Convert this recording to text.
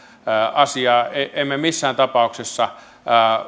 asiaa emme missään tapauksessa